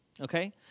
Okay